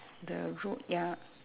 the road ya